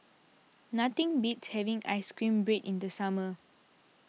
nothing beats having Ice Cream Bread in the summer